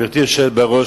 גברתי היושבת-ראש,